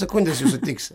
sekundės jūsų tiksi